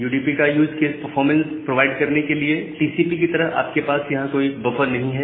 UDP का use case performance provide करने के लिए है टीसीपी की तरह आपके पास यहां कोई बफर नहीं है